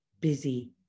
busy